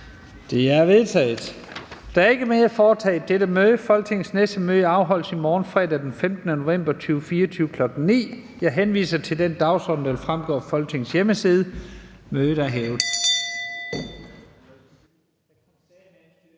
Lahn Jensen): Der er ikke mere at foretage i dette møde. Folketingets næste møde afholdes i morgen, fredag den 15. november 2024, kl. 9.00. Jeg henviser til den dagsorden, der fremgår af Folketingets hjemmeside. Mødet er hævet.